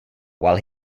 while